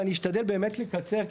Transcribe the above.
ואני אשתדל באמת לקצר,